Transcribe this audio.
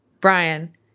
Brian